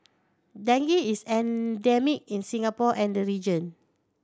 dengue is endemic in Singapore and the region